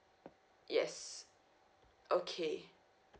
yes okay